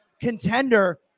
contender